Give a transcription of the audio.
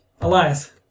Elias